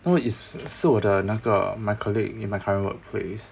no is 是我的那个 my colleague in my current workplace